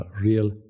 real